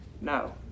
No